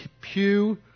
Pew